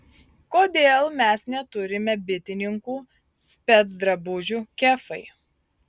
kodėl mes neturime bitininkų specdrabužių kefai